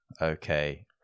okay